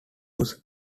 used